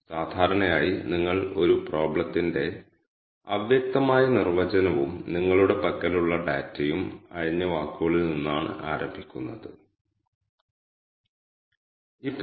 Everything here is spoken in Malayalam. ഒരു Uber ക്യാബ് ഡ്രൈവർ ഒരാഴ്ചയ്ക്കുള്ളിൽ 91 ട്രിപ്പുകളിൽ പങ്കെടുത്തു